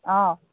অঁ